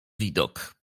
widok